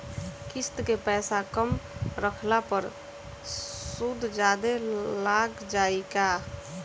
किश्त के पैसा कम रखला पर सूद जादे लाग जायी का?